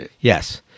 Yes